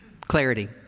Clarity